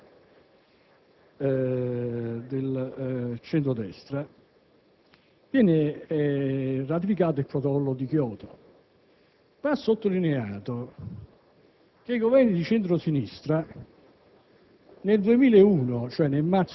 il successo elettorale del centro-destra, venne ratificato il Protocollo di Kyoto. Va sottolineato che i Governi di centro-sinistra,